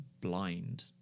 blind